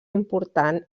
important